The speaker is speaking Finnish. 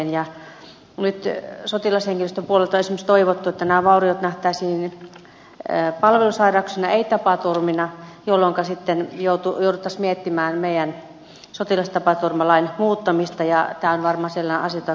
nyt sotilashenkilöstön puolelta on esimerkiksi toivottu että nämä vauriot nähtäisiin palvelussairauksina ei tapaturmina jolloinka sitten jouduttaisiin miettimään sotilastapaturmalain muuttamista ja tämä on varmaan sellainen asia josta kannattaa keskustella